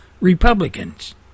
Republicans